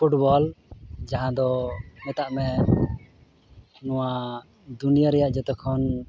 football ᱡᱟᱦᱟᱸ ᱫᱚ ᱢᱮᱛᱟᱜ ᱢᱮ ᱱᱚᱣᱟ ᱫᱩᱱᱤᱭᱟᱹ ᱨᱮᱭᱟᱜ ᱡᱚᱛᱚ ᱠᱷᱚᱱ